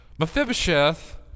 Mephibosheth